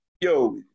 yo